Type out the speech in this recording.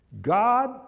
God